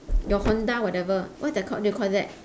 your honda whatever what they called what do you call that